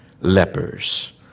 lepers